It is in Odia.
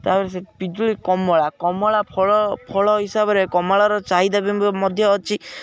ତା'ପରେ ସେ ପିଜୁଳି କମଳା କମଳା ଫଳ ଫଳ ହିସାବରେ କମଳାର ଚାହିଦା ବି ମଧ୍ୟ ଅଛି